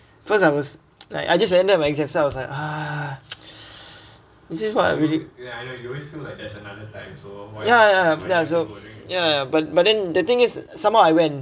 first I was like I just ended my exams so I was like ah this is what I really ya ya ya so ya but but then the thing is somehow I went